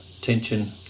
tension